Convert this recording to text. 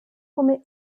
come